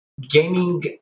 gaming